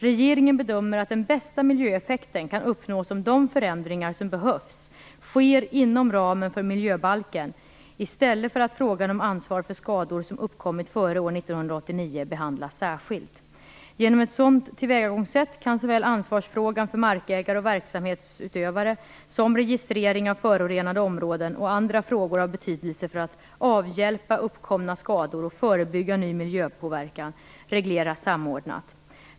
Regeringen bedömer att den bästa miljöeffekten kan uppnås om de förändringar som behövs sker inom ramen för miljöbalken, i stället för att frågan om ansvar för skador som uppkommit före år 1989 behandlas särskilt. Genom ett sådant tillvägagångssätt kan såväl ansvarsfrågan för markägare och verksamhetsutövare som registrering av förorenade områden och andra frågor av betydelse för att avhjälpa uppkomna skador och förebygga ny miljöpåverkan regleras samordnat.